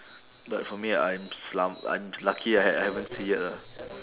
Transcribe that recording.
like for me I'm I'm lucky I I haven't see yet ah